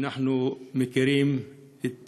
שאנחנו מכירים את